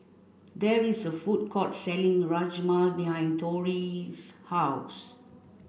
there is a food court selling Rajma behind Torie's house